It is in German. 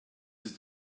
ist